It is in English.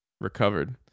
recovered